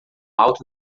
alto